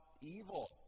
evil